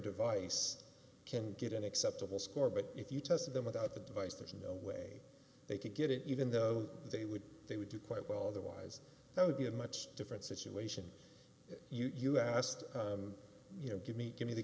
device can get an acceptable score but if you tested them without the device there's no way they could get it even though they would they would do quite well otherwise it would be a much different situation you asked you know give me give you the